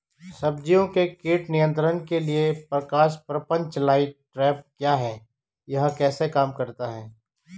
सब्जियों के कीट नियंत्रण के लिए प्रकाश प्रपंच लाइट ट्रैप क्या है यह कैसे काम करता है?